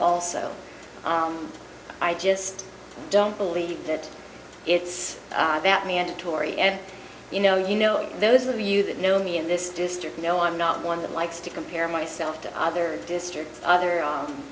also i just don't believe that it's that mandatory and you know you know those of you that know me in this district know i'm not one that likes to compare myself to other districts other